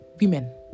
women